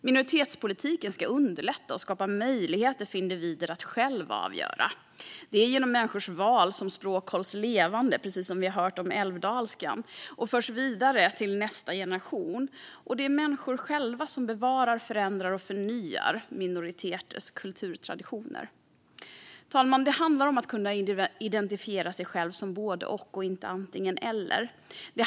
Minoritetspolitiken ska underlätta och skapa möjligheter för individer att själva avgöra. Det är genom människors val som språk hålls levande och förs vidare till nästa generation, precis som vi hört om älvdalskan, och det är människor själva som bevarar, förändrar och förnyar minoriteters kulturtraditioner. Fru talman! Det handlar om att kunna identifiera sig själv som både och, inte antingen eller.